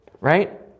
right